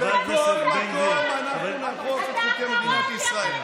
בכל מקום אנחנו נאכוף את חוקי מדינת ישראל.